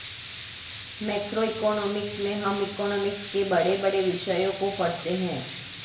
macroeconomics में हम economics के बड़े बड़े विषयों को पढ़ते हैं